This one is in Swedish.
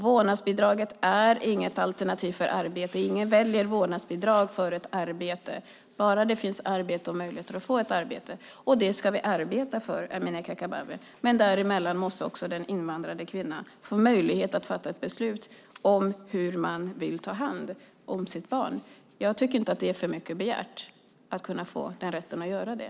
Vårdnadsbidraget är inget alternativ till arbete. Ingen väljer vårdnadsbidrag framför ett arbete. Att det finns arbete och möjligheter att få ett arbete ska vi arbeta för, Amineh Kakabaveh. Men den invandrade kvinnan måste få möjlighet att fatta ett beslut om hur hon vill ta hand om sitt barn. Jag tycker inte att det är för mycket begärt att få rätten att göra det.